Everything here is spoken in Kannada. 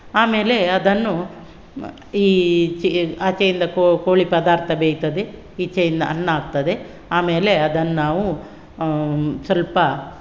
ಆಮೇಲೆ ಅದನ್ನು ಈ ಚ್ ಆಚೆಯಿಂದ ಕೋಳಿ ಪದಾರ್ಥ ಬೇಯ್ತದೆ ಈಚೆಯಿಂದ ಅನ್ನ ಆಗ್ತದೆ ಆಮೇಲೆ ಅದನ್ನು ನಾವು ಸ್ವಲ್ಪ